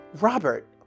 Robert